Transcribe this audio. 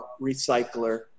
recycler